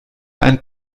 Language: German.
ein